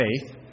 faith